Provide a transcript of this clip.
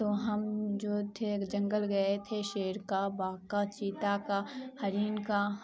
تو ہم جو تھے جنگل گئے تھے شیر کا باغ کا چیتا کا ہرن کا